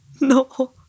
No